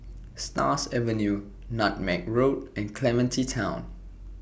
Stars Avenue Nutmeg Road and Clementi Town